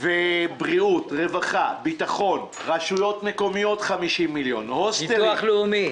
בריאות; רווחה; ביטחון; רשויות מקומיות 50 מיליון; הוסטלים,